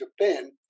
Japan